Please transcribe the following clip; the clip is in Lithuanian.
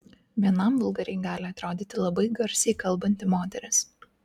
vienam vulgariai gali atrodyti labai garsiai kalbanti moteris